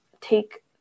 take